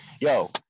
yo